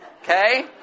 Okay